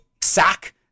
sack